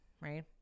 right